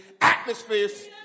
Atmospheres